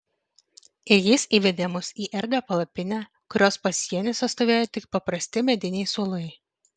ir jis įvedė mus į erdvią palapinę kurios pasieniuose stovėjo tik paprasti mediniai suolai